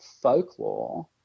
folklore